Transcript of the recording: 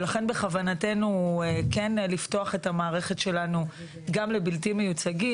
ולכן בכוונתנו כן לפתוח את המערכת שלנו גם לבלתי מיוצגים,